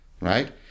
right